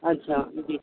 اچھا جی